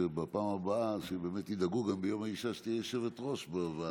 שבפעם הבאה ידאגו שביום האישה תהיה יושבת-ראש בישיבה.